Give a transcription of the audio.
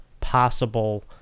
possible